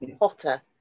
Hotter